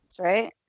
right